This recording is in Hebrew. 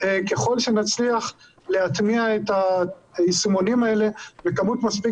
ככל שנצליח להטמיע את היישומונים האלה במספר מספיק